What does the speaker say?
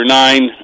nine